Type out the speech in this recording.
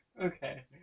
okay